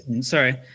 sorry